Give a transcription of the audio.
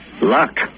Luck